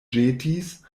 ĵetis